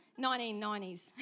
1990s